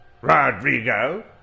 Rodrigo